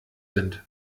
sind